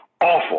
awful